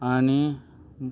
आनी